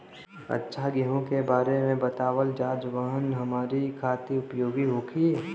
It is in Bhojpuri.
अच्छा गेहूँ के बारे में बतावल जाजवन हमनी ख़ातिर उपयोगी होखे?